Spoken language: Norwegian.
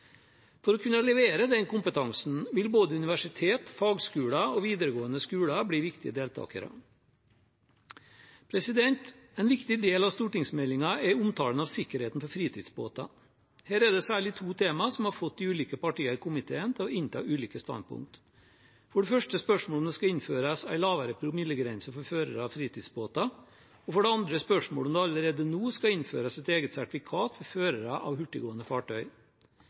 For å kunne levere den kompetansen vil både universiteter, fagskoler og videregående skoler bli viktige deltakere. En viktig del av stortingsmeldingen er omtalen av sikkerheten til fritidsbåter. Her er det særlig to temaer som har fått de ulike partiene i komiteen til å innta ulike standpunkt, for det første spørsmålet om det skal innføres en lavere promillegrense for førere av fritidsbåter, og for det andre spørsmålet om det allerede nå skal innføres et eget sertifikat for førere av hurtiggående